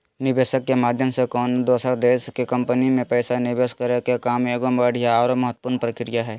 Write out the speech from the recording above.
निवेशक के माध्यम से कउनो दोसर देश के कम्पनी मे पैसा निवेश करे के काम एगो बढ़िया आरो महत्वपूर्ण प्रक्रिया हय